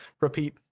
repeat